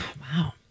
wow